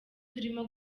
turimo